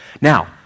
Now